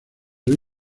oír